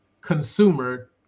consumer